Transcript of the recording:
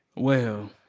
well,